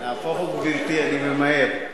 נהפוך הוא, גברתי, אני ממהר,